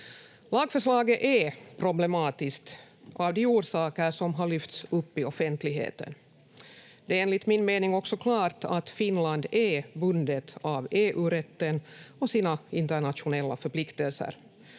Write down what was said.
Lagförslaget är problematiskt av de orsaker som har lyfts upp i offentligheten. Det är enligt min mening också klart att Finland är bundet av EU-rätten och sina internationella förpliktelser,